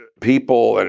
and people, and